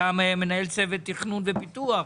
אתה מנהל צוות תכנון ופיתוח.